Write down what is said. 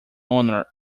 honour